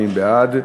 מי בעד?